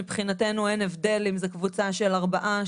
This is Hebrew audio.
מבחינתנו אין הבדל אם זו קבוצה של ארבעה,